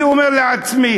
אני אומר לעצמי,